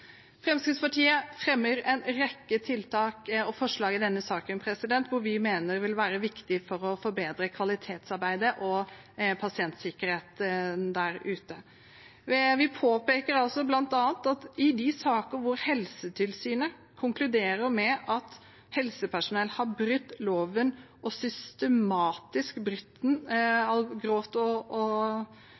Fremskrittspartiet fremmer en rekke tiltak og forslag i denne saken som vi mener vil være viktige for å forbedre kvalitetsarbeidet og pasientsikkerheten der ute. Vi påpeker bl.a. at i de saker hvor Helsetilsynet konkluderer med at helsepersonell har brutt loven og systematisk brutt den grovt og